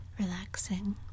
Relaxing